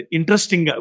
Interesting